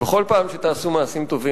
שבכל פעם שתעשו מעשים טובים,